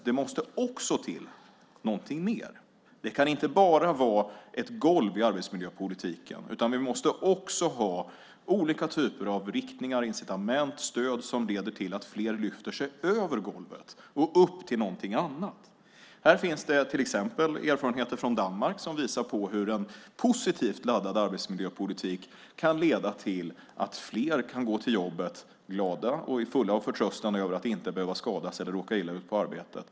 Det måste också till någonting mer. Det kan inte bara vara ett golv i arbetsmiljöpolitiken, utan vi måste också ha olika typer av riktningar, incitament och stöd som leder till att fler lyfter sig över golvet och upp till något annat. Här finns det till exempel erfarenheter från Danmark som visar på hur en positivt laddad arbetsmiljöpolitik kan leda till att fler kan gå till jobbet glada och i full förtröstan över att inte behöva skadas eller råka illa ut på arbetet.